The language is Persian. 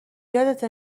یادته